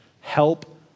Help